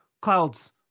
clouds